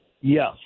Yes